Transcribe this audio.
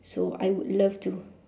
so I would love to